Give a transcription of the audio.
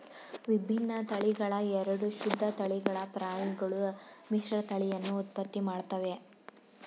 ವಿಭಿನ್ನ ತಳಿಗಳ ಎರಡು ಶುದ್ಧ ತಳಿಗಳ ಪ್ರಾಣಿಗಳು ಮಿಶ್ರತಳಿಯನ್ನು ಉತ್ಪತ್ತಿ ಮಾಡ್ತವೆ